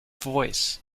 voice